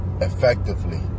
effectively